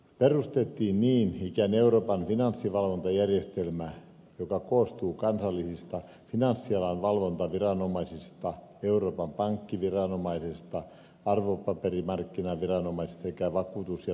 perustettiin niin ikään euroopan finanssivalvontajärjestelmä joka koostuu kansallisista finanssialan valvontaviranomaisista euroopan pankkiviranomaisista arvopaperimarkkinaviranomaisista sekä vakuutus ja työeläkeviranomaisista